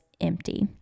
empty